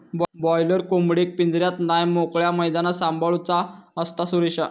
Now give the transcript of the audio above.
boiler कोंबडेक पिंजऱ्यात नाय मोकळ्या मैदानात सांभाळूचा असता, सुरेशा